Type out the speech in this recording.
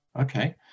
okay